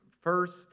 first